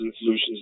solutions